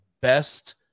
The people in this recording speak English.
best